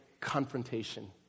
confrontation